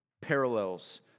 parallels